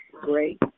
great